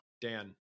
Dan